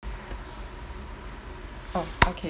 oh okay